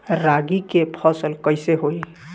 रागी के फसल कईसे होई?